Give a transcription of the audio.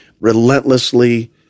relentlessly